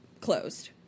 closed